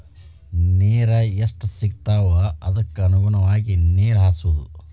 ನೇರ ಎಷ್ಟ ಸಿಗತಾವ ಅದಕ್ಕ ಅನುಗುಣವಾಗಿ ನೇರ ಹಾಸುದು